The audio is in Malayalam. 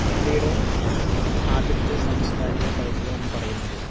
ഇന്ത്യയുടെ ആദ്യത്തെ സംസ്കാരിക പൈതൃകം എന്നു പറയുന്നത്